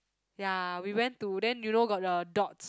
ya we went to then you know got the dots